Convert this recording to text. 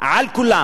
שלו על כולם.